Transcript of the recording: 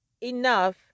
enough